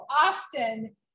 often